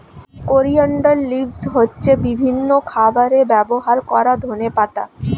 coriander leaves হচ্ছে বিভিন্ন খাবারে ব্যবহার করা ধনেপাতা